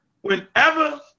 Whenever